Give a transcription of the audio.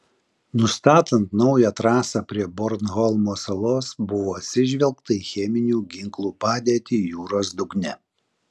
nustatant naują trasą prie bornholmo salos buvo atsižvelgta į cheminių ginklų padėtį jūros dugne